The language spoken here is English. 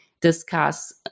discuss